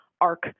arc